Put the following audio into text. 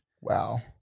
Wow